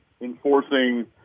enforcing